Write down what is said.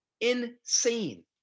Insane